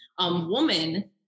woman